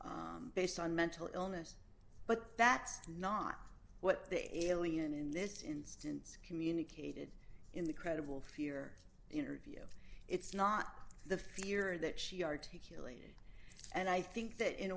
persecution based on mental illness but that's not what the alien in this instance communicated in the credible fear interview it's not the fear that she articulated and i think that in